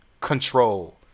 Control